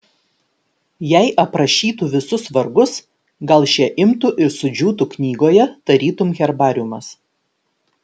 jei aprašytų visus vargus gal šie imtų ir sudžiūtų knygoje tarytum herbariumas